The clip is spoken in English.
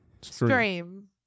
Stream